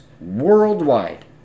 worldwide